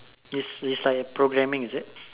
is is like programming is it